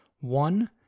One